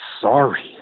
sorry